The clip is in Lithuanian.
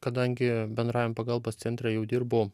kadangi bendrajam pagalbos centre jau dirbu